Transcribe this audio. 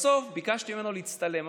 בסוף ביקשתי ממנו להצטלם.